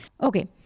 Okay